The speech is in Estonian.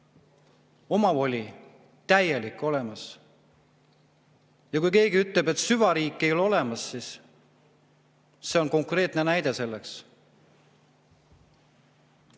omavoli. Ja kui keegi ütleb, et süvariiki ei ole olemas, siis see on konkreetne näide sellest.